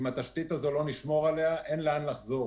אם התשתית הזאת לא תישמר אין לאן לחזור.